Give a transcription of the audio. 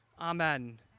amen